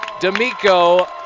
D'Amico